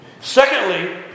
Secondly